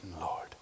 Lord